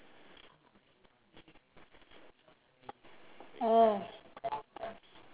oh